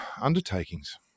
undertakings